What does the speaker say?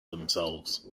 themselves